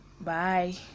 Bye